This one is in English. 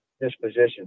disposition